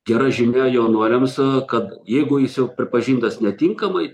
gera žinia jaunuoliams kad jeigu jis jau pripažintas netinkamai